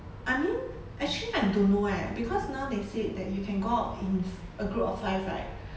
I mean actually I don't know eh because now they said that you can go out in a group of five right